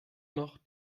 noch